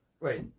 Wait